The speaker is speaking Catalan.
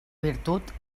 virtut